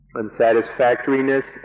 unsatisfactoriness